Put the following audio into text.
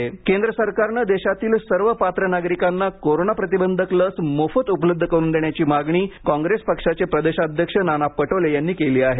पटोले केंद्र सरकारने देशातील सर्व पात्र नागरिकांना कोरोना प्रतिबंधक लस मोफत उपलब्ध करून देण्याची मागणी काँग्रेस पक्षाचे प्रदेशाध्यक्ष नाना पटोले यांनी केली आहे